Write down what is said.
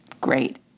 great